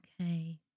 okay